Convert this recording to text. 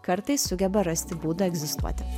kartais sugeba rasti būdą egzistuoti